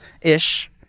ish